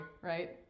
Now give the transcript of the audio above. Right